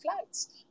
flights